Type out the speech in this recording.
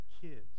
kids